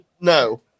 No